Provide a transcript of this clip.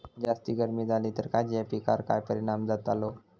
जास्त गर्मी जाली तर काजीच्या पीकार काय परिणाम जतालो?